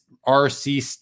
rc